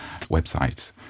websites